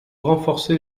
renforcer